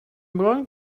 going